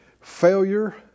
failure